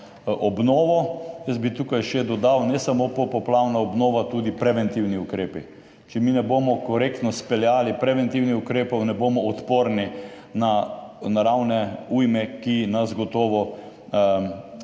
obnovo. Jaz bi tukaj še dodal, ne samo popoplavna obnova, tudi preventivni ukrepi. Če mi ne bomo korektno speljali preventivnih ukrepov, ne bomo odporni na naravne ujme, ki nas v prihodnosti